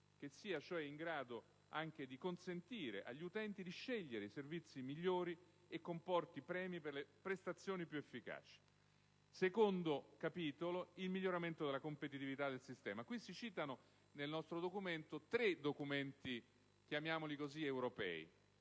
che sia cioè in grado anche di consentire agli utenti di scegliere i servizi migliori e comporti premi per le prestazioni più efficaci. Il secondo capitolo concerne il miglioramento della competitività del sistema. Nel nostro testo si citano tre documenti che possiamo definire europei: